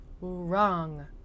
Wrong